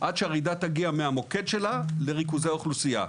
עד שהרעידה תגיע מהמוקד שלה לריכוזי אוכלוסייה.